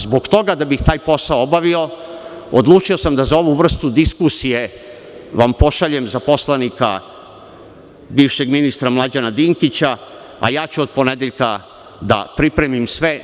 Zbog toga, da bih taj posao obavio, odlučio sam da vam za ovu vrstu diskusije pošaljem za poslanika bivšeg ministra Mlađana Dinkića, a ja ću od ponedeljka da pripremim sve.